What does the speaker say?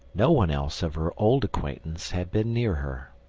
no one else of her old acquaintance had been near her.